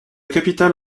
capitale